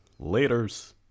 Laters